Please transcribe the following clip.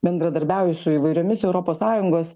bendradarbiauju su įvairiomis europos sąjungos